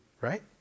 right